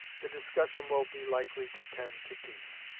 the discussion will be likely to tend to peace.